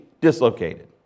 dislocated